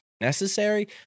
necessary